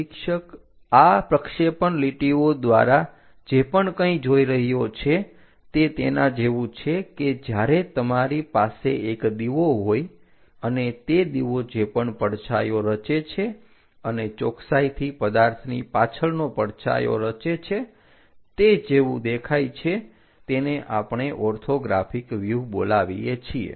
નિરીક્ષક આ પ્રક્ષેપણ લીટીઓ દ્વારા જે પણ કંઇ જોઇ રહ્યો છે તે તેના જેવું છે કે જ્યારે તમારી પાસે એક દીવો હોય અને તે દીવો જે પણ પડછાયો રચે છે અને ચોકસાઈથી પદાર્થની પાછળનો પડછાયો રચે છે તે જેવું દેખાય છે તેને આપણે ઓર્થોગ્રાફિક વ્યુહ બોલાવીએ છીએ